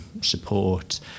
support